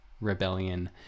rebellion